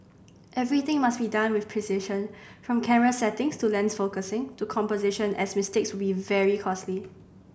everything must be done with precision from camera settings to lens focusing to composition as mistakes will be very costly